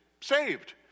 Saved